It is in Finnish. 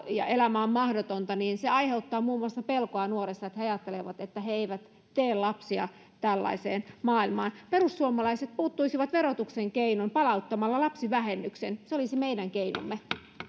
ja elämä on mahdotonta aiheuttaa pelkoa nuorissa he ajattelevat että he eivät tee lapsia tällaiseen maailmaan perussuomalaiset puuttuisivat verotuksen keinoin palauttamalla lapsivähennyksen se olisi meidän keinomme